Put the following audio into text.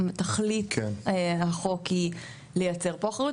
תכלית החוק היא לייצר פה אחריות.